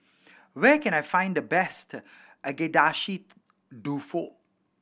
where can I find the best Agedashi Dofu